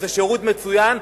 אתה עושה שירות מצוין,